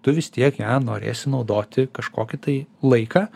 tu vis tiek ją norėsi naudoti kažkokį tai laiką